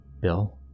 Bill